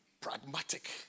Pragmatic